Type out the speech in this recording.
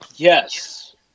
Yes